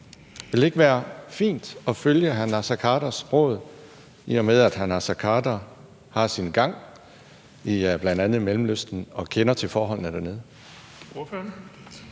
Ville det ikke være fint at følge hr. Naser Khaders råd, i og med at hr. Naser Khader har sin gang bl.a. i Mellemøsten og kender til forholdene dernede?